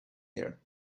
here